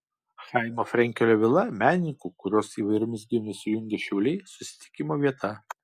chaimo frenkelio vila menininkų kuriuos įvairiomis gijomis jungia šiauliai susitikimo vieta